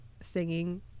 singing